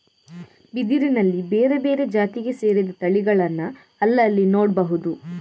ಬಿದಿರಿನಲ್ಲಿ ಬೇರೆ ಬೇರೆ ಜಾತಿಗೆ ಸೇರಿದ ತಳಿಗಳನ್ನ ಅಲ್ಲಲ್ಲಿ ನೋಡ್ಬಹುದು